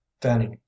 fanny